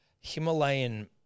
himalayan